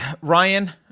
ryan